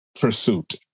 pursuit